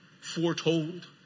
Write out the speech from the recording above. foretold